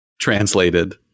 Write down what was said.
translated